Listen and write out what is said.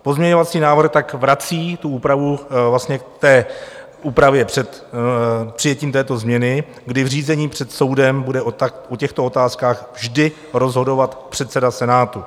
Pozměňovací návrh tak vrací úpravu k úpravě před přijetím této změny, kdy v řízení před soudem bude o těchto otázkách vždy rozhodovat předseda senátu.